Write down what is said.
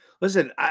listen